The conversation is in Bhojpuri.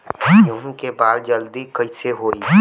गेहूँ के बाल जल्दी कईसे होई?